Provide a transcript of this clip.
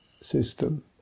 system